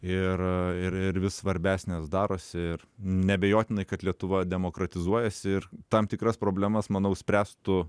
ir ir ir vis svarbesnės darosi ir neabejotinai kad lietuva demokratizuojasi ir tam tikras problemas manau spręstų